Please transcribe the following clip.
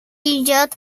идет